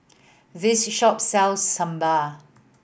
this shop sells Sambal